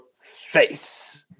face